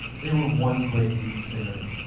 they were one great lead singer,